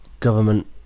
Government